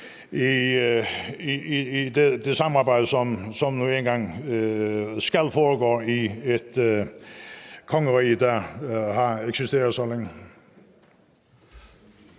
i det samarbejde, som nu engang skal foregå i et kongerige, der har eksisteret så længe.